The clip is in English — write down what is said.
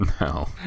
no